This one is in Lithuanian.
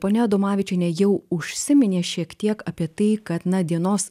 ponia adomavičienė jau užsiminė šiek tiek apie tai kad na dienos